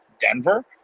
Denver